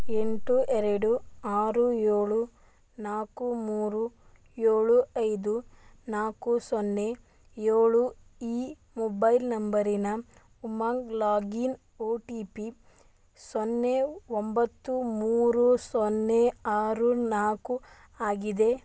ಎಂಟು ಎರಡು ಆರು ಏಳು ನಾಲ್ಕು ಮೂರು ಏಳು ಐದು ನಾಲ್ಕು ಸೊನ್ನೆ ಏಳು ಈ ಮೊಬೈಲ್ ನಂಬರಿನ Umang login O T P ಸೊನ್ನೆ ಒಂಬತ್ತು ಮೂರು ಸೊನ್ನೆ ಆರು ನಾಲ್ಕು ಆಗಿದೆ